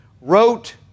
wrote